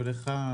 ולך,